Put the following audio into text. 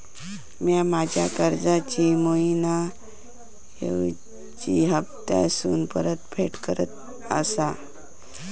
म्या माझ्या कर्जाची मैहिना ऐवजी हप्तासून परतफेड करत आसा